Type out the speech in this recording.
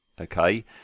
okay